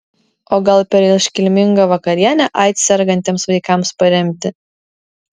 o gal per iškilmingą vakarienę aids sergantiems vaikams paremti